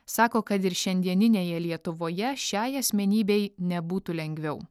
sako kad ir šiandieninėje lietuvoje šiai asmenybei nebūtų lengviau